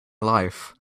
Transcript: life